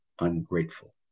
ungrateful